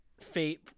fate